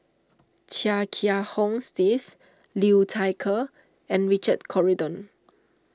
Chia Kiah Hong Steve Liu Thai Ker and Richard Corridon